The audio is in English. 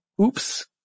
oops